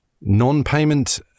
Non-payment